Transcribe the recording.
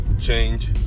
change